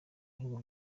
bihugu